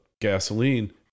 gasoline